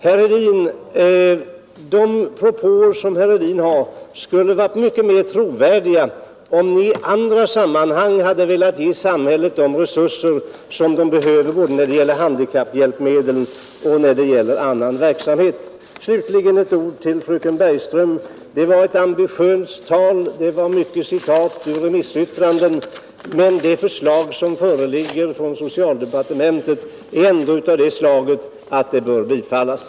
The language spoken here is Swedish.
Herr Hedin, de propåer som herr Hedin framfört skulle ha varit mycket mer trovärdiga, om ni i andra sammanhang hade velat ge samhället de resurser som det behöver både när det gäller handikapphjälpmedel och när det gäller annan verksamhet. Slutligen ett ord till fröken Bergström. Det var ett ambitiöst tal. Det var många citat ur remissyttranden. Men det förslag som föreligger från socialdepartementet är ändå av det slaget att det bör bifallas.